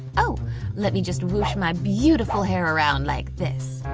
oh let me just whoosh my beautiful hair around like this!